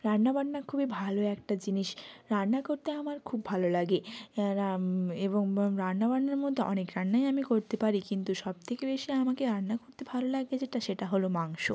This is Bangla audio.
রান্নাবান্না খুবই ভালো একটা জিনিস রান্না করতে আমার খুব ভালো লাগে এবং রান্নাবান্নার মধ্যে অনেক রান্নাই আমি করতে পারি কিন্তু সব থেকে বেশি আমাকে রান্না করতে ভালো লাগে যেটা সেটা হল মাংস